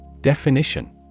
Definition